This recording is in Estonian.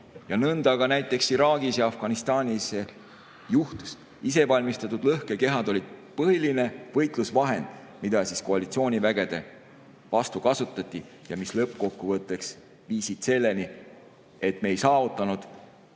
Nõnda ka näiteks Iraagis ja Afganistanis juhtus. Isevalmistatud lõhkekehad olid põhiline võitlusvahend, mida koalitsioonivägede vastu kasutati ja mis lõppkokkuvõttes viisid selleni, et me ei saavutanud